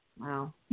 Wow